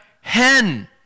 hen